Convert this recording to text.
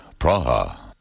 Praha